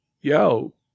yo